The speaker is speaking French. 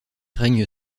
règne